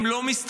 הם לא מסתננים,